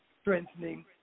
strengthening